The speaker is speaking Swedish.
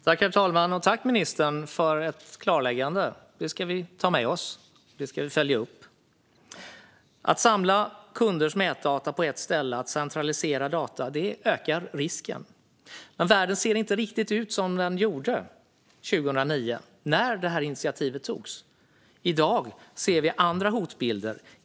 Herr talman! Jag tackar minister för klarläggandet. Det ska vi ta med oss och följa upp. Att samla kunders mätdata på ett ställe, att centralisera data, ökar risken. Världen ser inte riktigt ut som den gjorde 2009 när detta initiativ togs. I dag ser vi andra hotbilder.